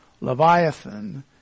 Leviathan